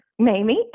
Mamie